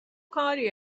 کاری